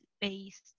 based